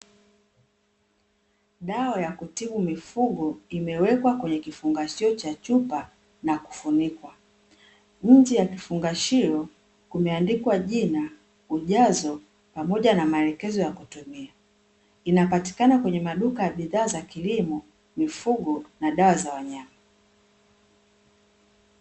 Dawa ya kutibu mifugo imewekwa kwenye kifungashio cha chupa na kufunikwa. Nje ya kifungashio kumeandikwa jina, ujazo pamoja na maelekezo ya kutumia. Inapatikana kwenye maduka ya bidhaa za kilimo, mifugo na dawa za wanyama.